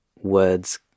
words